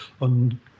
on